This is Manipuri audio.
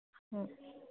ꯑꯥ